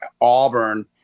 Auburn